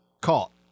caught